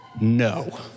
no